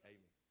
Amen